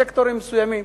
סקטורים מסוימים,